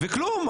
וכלום,